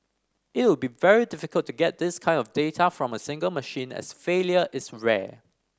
it would be very difficult to get this kind of data from a single machine as failure is rare